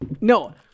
No